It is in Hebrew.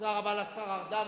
תודה רבה לשר ארדן.